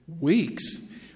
weeks